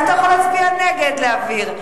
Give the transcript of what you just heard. אז, אתה יכול להצביע נגד להעביר.